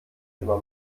immer